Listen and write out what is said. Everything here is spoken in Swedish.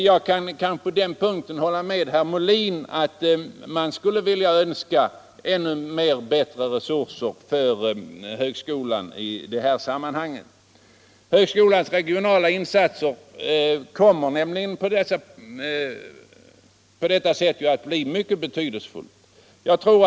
På den punkten kan jag hålla med herr Molin om att man skulle vilja ha bättre resurser för högskolorna, vilkas regionala insatser kommer att bli mycket betydelsefulla.